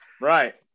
right